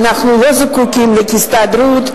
אנחנו לא זקוקים להסתדרות,